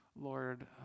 Lord